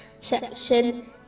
section